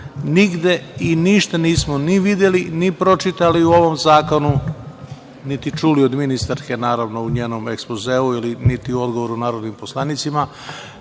i ništa nismo ni videli, ni pročitali u ovom zakonu, niti čuli od ministarke u njenom ekspozeu, niti u odgovoru narodnim poslanicima,